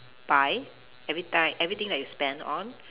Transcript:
buy everyti~ everything that you spend on